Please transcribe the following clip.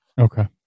Okay